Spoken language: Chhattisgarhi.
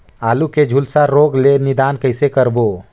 आलू के झुलसा रोग ले निदान कइसे करबो?